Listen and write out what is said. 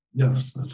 Yes